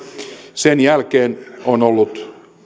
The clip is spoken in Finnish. sen jälkeen on ollut